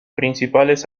principales